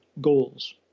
goals